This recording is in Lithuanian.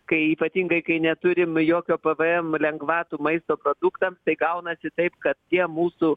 kai ypatingai kai neturim jokio pvm lengvatų maisto produktams tai gaunasi taip kad tie mūsų